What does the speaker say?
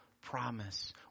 promise